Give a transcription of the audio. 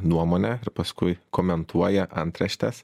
nuomonę ir paskui komentuoja antraštes